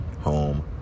home